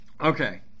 okay